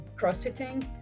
crossfitting